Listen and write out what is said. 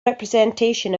representation